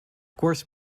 course